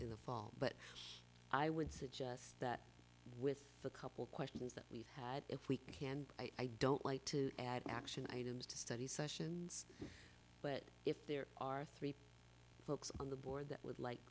in the fall but i would suggest that with the couple questions that we had if we can i don't like to add action items to study sessions but if there are three folks on the board that would like